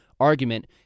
argument